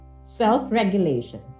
self-regulation